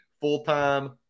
full-time